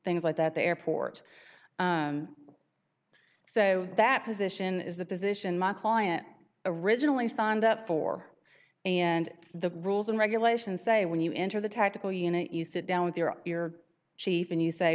things like that the airport so that position is the position my client originally signed up for and the rules and regulations say when you enter the tactical unit you sit down there are your chief and you say